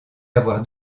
avoir